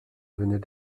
venait